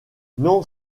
non